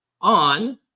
on